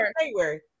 February